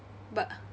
but